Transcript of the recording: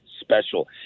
special